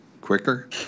quicker